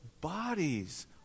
bodies